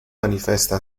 manifesta